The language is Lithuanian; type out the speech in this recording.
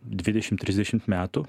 dvidešim trisdešim metų